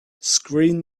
screen